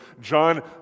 John